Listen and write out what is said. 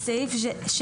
בסעיף 7